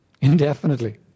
Indefinitely